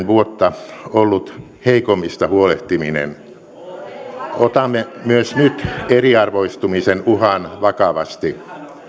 vuotta ollut heikommista huolehtiminen otamme myös nyt eriarvoistumisen uhan vakavasti